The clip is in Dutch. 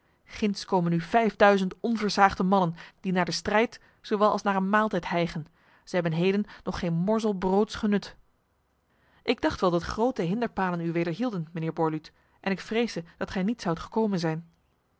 ginds komen nu vijfduizend onversaagde mannen die naar de strijd zowel als naar een maaltijd hijgen zij hebben heden nog geen morzel broods genut ik dacht wel dat grote hinderpalen u wederhielden mijnheer borluut en ik vreesde dat gij niet zoudt gekomen zijn